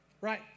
right